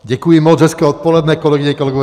Děkuji moc. Hezké odpoledne, kolegyně, kolegové.